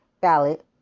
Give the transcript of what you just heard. ballot